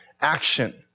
action